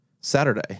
Saturday